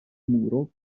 muro